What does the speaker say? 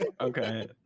Okay